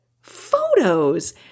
photos